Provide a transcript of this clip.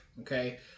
Okay